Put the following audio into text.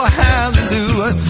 hallelujah